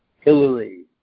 Hillary